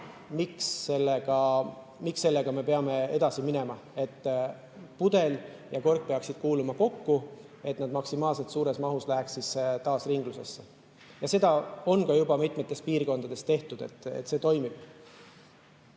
miks me sellega peame edasi minema. Pudel ja kork peaksid kuuluma kokku, et nad maksimaalselt suures mahus läheks taas ringlusesse. Ja seda on mitmes piirkonnas ka tehtud, see toimib.